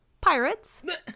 pirates